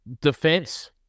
defense